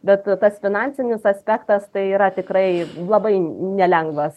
bet tas finansinis aspektas tai yra tikrai labai nelengvas